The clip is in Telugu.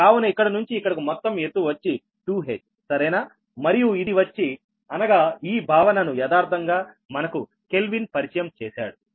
కావున ఇక్కడ నుంచి ఇక్కడకు మొత్తం ఎత్తు వచ్చి 2h సరేనా మరియు ఈ భావనను యదార్ధంగా మనకు కెల్విన్ పరిచయం చేశాడు